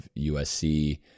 USC